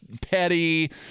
petty